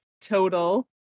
total